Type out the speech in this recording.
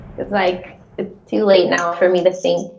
it's like it's too late now for me the think.